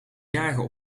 jagen